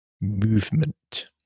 movement